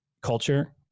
culture